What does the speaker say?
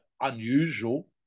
unusual